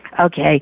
okay